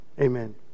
amen